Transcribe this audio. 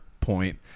point